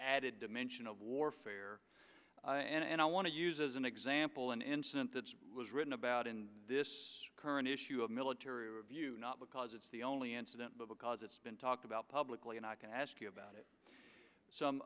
dimension of warfare and i want to use as an example an incident that was written about in this current issue of military review not because it's the only incident but because it's been talked about publicly and i can ask you about it some